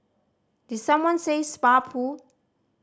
did someone say spa pool